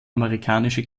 amerikanische